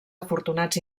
afortunats